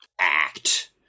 act